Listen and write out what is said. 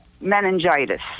meningitis